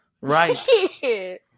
right